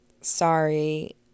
sorry